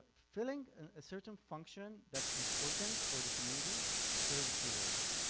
filling a certain function that's important for the community plays a key role here.